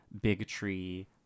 bigotry